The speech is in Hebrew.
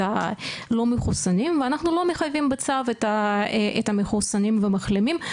הלא מחוסנים ואנחנו לא מחייבים בצו את המחוסנים והמחלימים?